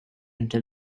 into